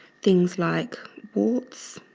things like warts